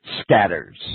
scatters